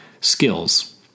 Skills